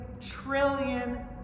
trillion